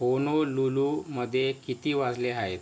होनोलुलुमध्ये किती वाजले आहेत